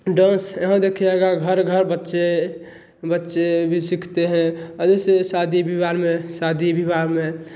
dance यहाँ देखिएगा घर घर बच्चे बच्चे भी सीखते हैं जैसे शादी विवाह में शदी विवाह में